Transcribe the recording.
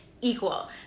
equal